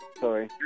Sorry